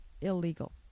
illegal